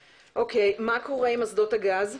אוקיי, מה קורה עם אסדות הגז?